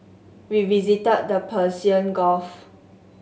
we visited the Persian Gulf